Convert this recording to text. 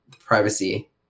Privacy